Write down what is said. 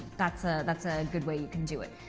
that's ah that's a good way you can do it.